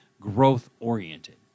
growth-oriented